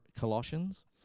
Colossians